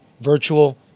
Virtual